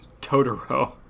Totoro